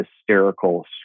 hysterical